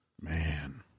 Man